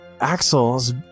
Axel's